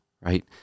right